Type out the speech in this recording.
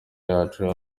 yacu